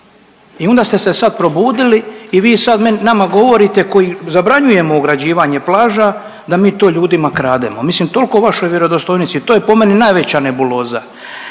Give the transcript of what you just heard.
i onda ste se sad probudili i vi sad nama govorite koji zabranjujemo ograđivanje plaža da mi to ljudima krademo, mislim toliko o vašoj vjerodostojnici, to je po meni najveća nebuloza.